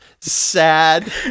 sad